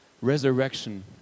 resurrection